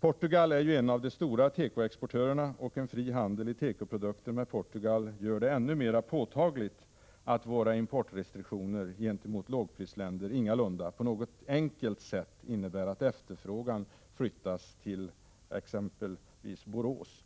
Portugal är en av de stora tekoexportörerna, och en fri handel i tekoprodukter med Portugal gör det ännu mera påtagligt att våra importrestriktioner gentemot lågprisländer ingalunda på något enkelt sätt innebär att efterfrågan flyttas till exempelvis Borås.